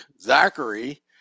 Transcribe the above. Zachary